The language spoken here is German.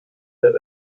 der